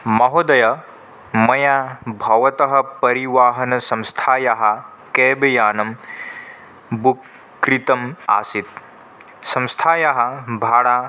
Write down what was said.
महोदय मया भवतः परिवाहनसंस्थायाः केब्यानं बुक् कृतम् आसीत् संस्थायाः भाडा